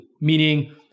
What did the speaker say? meaning